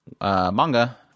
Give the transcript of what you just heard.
manga